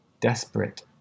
desperate